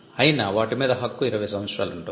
అయినా వాటి మీద హక్కు 20 సంవత్సరాలు ఉంటుంది